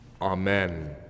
Amen